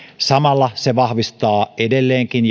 samalla se vahvistaa edelleenkin